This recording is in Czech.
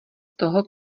toho